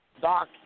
Doc